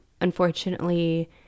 Unfortunately